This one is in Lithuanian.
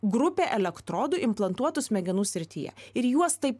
grupė elektrodų implantuotų smegenų srityje ir juos taip